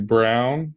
Brown